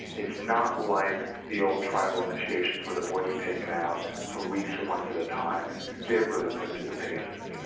it is not like the old tribal initiations where the boys were taken out for weeks or months at a time and did really put through the paces, you know